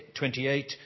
28